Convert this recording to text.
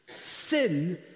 sin